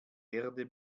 erde